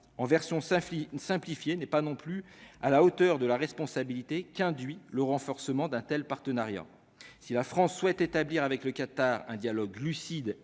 en version sa fille n'est pas non plus à la hauteur de la responsabilité qu'induit le renforcement d'un tel partenariat si la France souhaite établir avec le Qatar, un dialogue lucide et